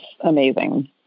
amazing